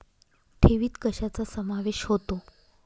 ठेवीत कशाचा समावेश होतो?